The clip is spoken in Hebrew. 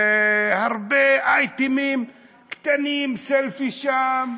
הרבה אייטמים קטנים: סלפי שם,